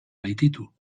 baititu